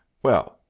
well,